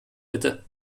bitte